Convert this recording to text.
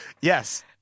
Yes